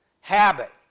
Habit